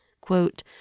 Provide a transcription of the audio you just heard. quote